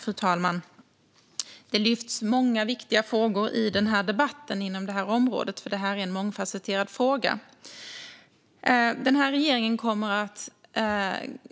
Fru talman! Det lyfts många viktiga frågor i debatten inom detta mångfasetterade område. Regeringen kommer att